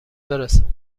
برسان